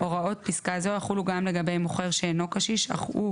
הוראות פסקה זו יחולו גם לגבי מוכר שאינו קשיש אך הוא